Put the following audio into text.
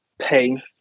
Pain